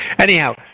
Anyhow